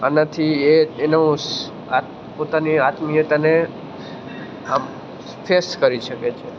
આનાથી એ એનો પોતાની આત્મીયતાને આમ ફેસ કરી શકે છે